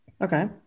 Okay